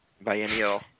Biennial